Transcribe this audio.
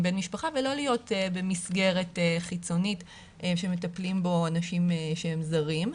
בן משפחה ולא להיות במסגרת חיצונית שמטפלים בו אנשים שהם זרים,